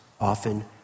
often